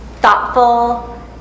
thoughtful